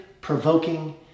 provoking